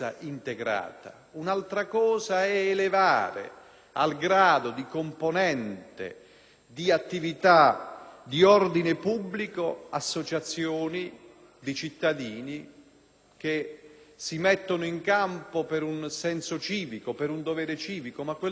dell'attività di ordine pubblico associazioni di cittadini che si mettono in campo per un senso civico, per un dovere civico. Inoltre, quel dovere civico della segnalazione può essere esercitato anche singolarmente e non è